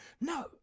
No